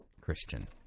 Christian